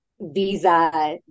Visa